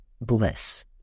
bliss